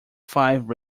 five